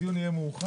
הדיון יהיה מאוחד.